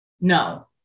No